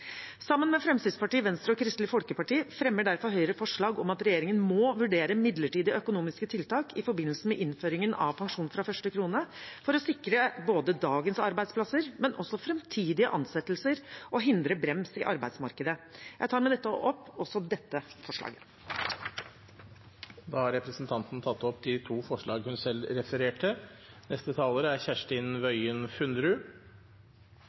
Sammen med Fremskrittspartiet, Venstre og Kristelig Folkeparti fremmer derfor Høyre forslag om at regjeringen må vurdere midlertidige økonomiske tiltak i forbindelse med innføringen av pensjon fra første krone for å sikre både dagens arbeidsplasser og fremtidige ansettelser og å hindre brems i arbeidsmarkedet. Jeg tar med dette opp også det forslaget. Representanten Heidi Nordby Lunde har tatt opp de forslagene hun refererte til. Dette er